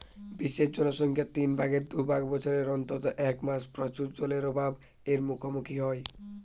বিশ্বের জনসংখ্যার তিন ভাগের দু ভাগ বছরের অন্তত এক মাস প্রচুর জলের অভাব এর মুখোমুখী হয়